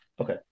Okay